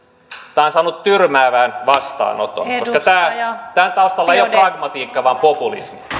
tämä on saanut tyrmäävän vastaanoton koska tämän taustalla ei ole pragmatiikka vaan populismi